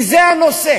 כי זה הנושא